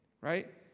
right